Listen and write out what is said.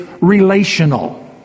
relational